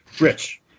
Rich